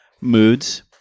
Moods